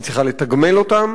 היא צריכה לתגמל אותם,